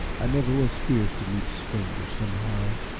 i never was fierce to meet strangers, somehow.